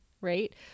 right